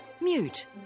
Mute